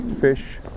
fish